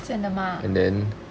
真的吗